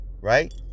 right